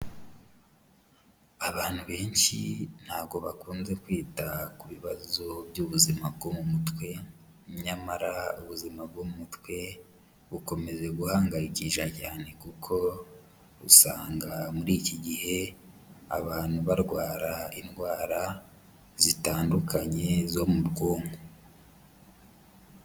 Abantu benshi ntabwo bakunze kwita ku bibazo by'ubuzima bwo mu mutwe, nyamara ubuzima bwo mu mutwe bukomeje guhangayikisha cyane kuko usanga muri iki gihe abantu barwara indwara zitandukanye zo mu bwonko.